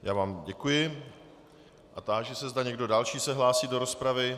Já vám děkuji a táži se, zda někdo další se hlásí do rozpravy.